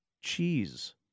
Cheese